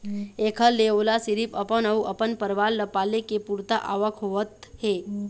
एखर ले ओला सिरिफ अपन अउ अपन परिवार ल पाले के पुरता आवक होवत हे